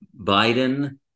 Biden